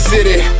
City